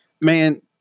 Man